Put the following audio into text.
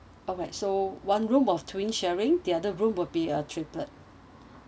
alright so one room of twin sharing the other room will be a triplet